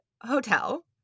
hotel